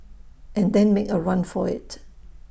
and then make A run for IT